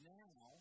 now